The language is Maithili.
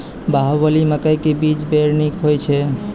बाहुबली मकई के बीज बैर निक होई छै